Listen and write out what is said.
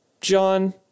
John